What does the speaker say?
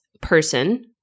person